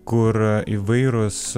kur įvairūs